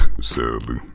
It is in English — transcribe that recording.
sadly